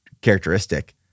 characteristic